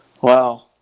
Wow